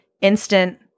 Instant